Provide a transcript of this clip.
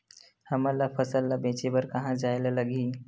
हमन ला फसल ला बेचे बर कहां जाये ला लगही?